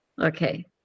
Okay